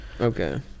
Okay